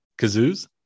Kazoos